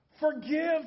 Forgive